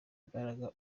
imbaraga